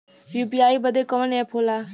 UPI बदे कवन app होला?